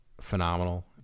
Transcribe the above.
phenomenal